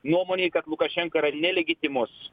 nuomonei kad lukašenka yra nelegitimus